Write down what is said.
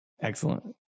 excellent